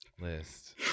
List